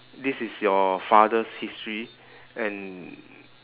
this is your father's history and